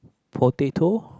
potato